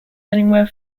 anywhere